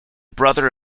brother